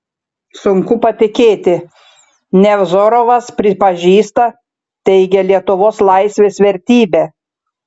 sunku patikėti nevzorovas pripažįsta teigia lietuvos laisvės vertybę